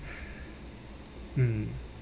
mm